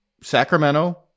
Sacramento